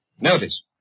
Notice